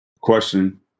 question